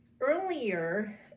earlier